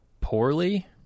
poorly